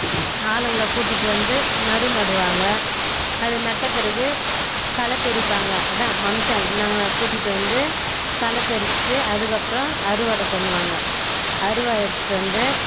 ஆளுங்களை கூட்டிட்டு வந்து நடுவு நடுவாங்க அது நட்ட பிறகு களை பறிப்பாங்க அதான் மனுஷாலு நாங்கள் கூட்டிட்டு வந்து களை பறிச்சிட்டு அதுக்கப்புறோம் அறுவடை பண்ணுவாங்க அரிவா எடுத்துட்டு வந்து